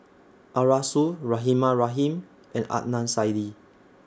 Arasu Rahimah Rahim and Adnan Saidi